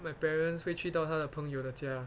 my parents 会去到他的朋友的家